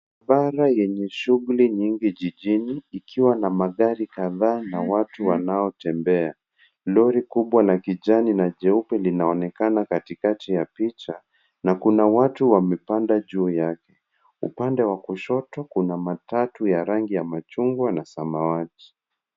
Bara yenye shughuli nyingi jijini ikiwa na magari kadhaa na watu wanaotembea. Lori kubwa la kijani na jeupe linaonekana katikati ya picha na juna watu wamepanda juu yake. Uoqnxe wa kushoto kuna matatu ya rangi ya manjano na samawati.